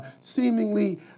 seemingly